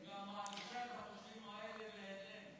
ומענישה את הפושעים האלה בהתאם.